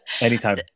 anytime